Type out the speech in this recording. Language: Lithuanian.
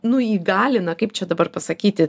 nu įgalina kaip čia dabar pasakyti